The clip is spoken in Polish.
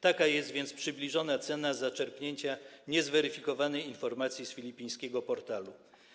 Taka jest więc przybliżona cena zaczerpnięcia niezweryfikowanej informacji z filipińskiego portalu.